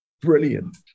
brilliant